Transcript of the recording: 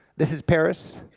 this is paris,